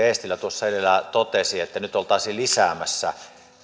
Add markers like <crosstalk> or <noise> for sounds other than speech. <unintelligible> eestilä edellä totesi että nyt oltaisiin lisäämässä